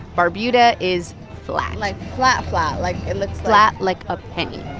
barbuda is flat like, flat-flat. like, looks flat like a penny.